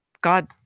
God